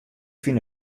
fyn